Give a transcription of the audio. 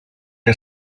que